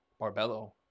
barbello